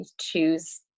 choose